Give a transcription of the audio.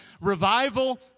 revival